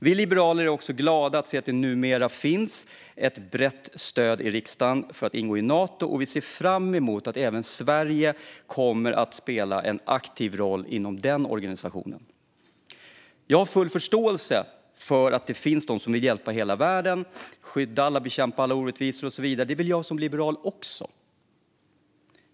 Vi liberaler är också glada över att se att det numera finns ett brett stöd i riksdagen för att ingå i Nato, och vi ser fram emot att Sverige kommer att spela en aktiv roll även inom den organisationen. Jag har full förståelse för att det finns de som vill hjälpa hela världen, skydda alla och bekämpa alla orättvisor. Det vill jag som liberal också.